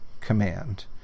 command